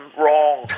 wrong